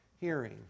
hearing